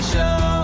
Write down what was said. Show